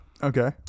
Okay